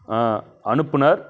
ஆ அனுப்புநர்